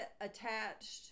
attached